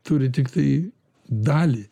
turi tiktai dalį